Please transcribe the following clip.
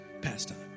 pastime